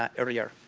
ah earlier.